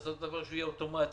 לעשות דבר שיהיה אוטומטי.